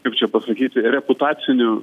kaip čia pasakyti reputacinių